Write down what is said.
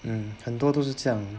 um 很多都是这样